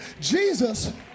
Jesus